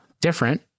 different